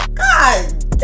god